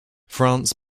franz